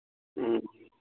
ꯎꯝ